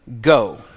go